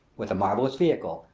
with the marvellous vehicle,